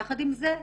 יחד עם זה,